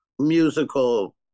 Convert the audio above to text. musical